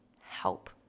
help